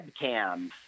webcams